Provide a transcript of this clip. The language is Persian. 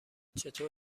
چطور